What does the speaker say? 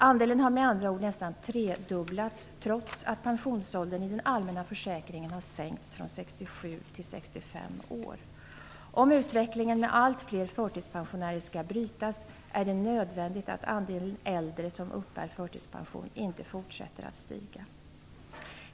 Andelen har med andra ord nästan tredubblats trots att pensionsåldern i den allmänna försäkringen har sänkts från 67 till 65 år. Om utvecklingen mot allt fler förtidspensionärer skall brytas är det nödvändigt att andelen som uppbär förtidspension inte fortsätter att stiga.